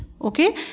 okay